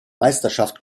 meisterschaft